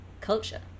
culture